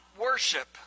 worship